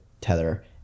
Tether